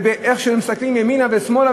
ואיך שמסתכלים ימינה ושמאלה,